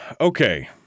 okay